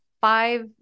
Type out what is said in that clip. five